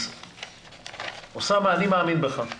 אז אוסאמה, אני מאמין בך.